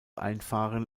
einfahren